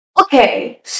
Okay